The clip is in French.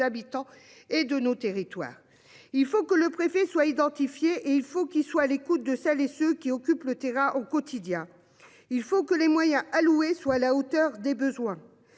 habitants et de nos territoires. Il faut que le préfet soit identifié et il faut qu'il soit à l'écoute de celles et ceux qui occupent le terrain au quotidien. Il faut que les moyens alloués soit à la hauteur des besoins.